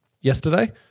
yesterday